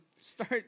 Start